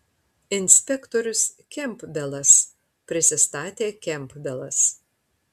inspektorius kempbelas prisistatė kempbelas